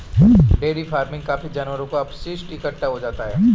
dairy farming में काफी जानवरों का अपशिष्ट इकट्ठा हो जाता है